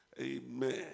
Amen